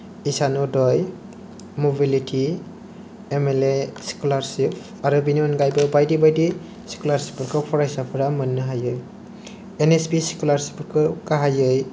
Ishan Uday mobility M L A scholarship आरो बिनि अनगायैबो बायदि बायदि स्कलारसिपफोरखौ फरायसाफोरा मोननो हायो एन एस पि स्कलारशिपफोरखौ गाहायै